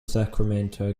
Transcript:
sacramento